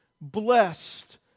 blessed